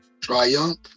triumph